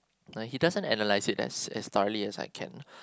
like he doesn't analyse it as as thoroughly as I can